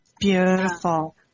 Beautiful